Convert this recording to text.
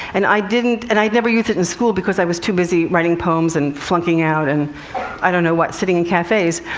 and i didn't and i'd never used it in school, because i was too busy writing poems, and flunking out, and i don't know what, sitting in cafes.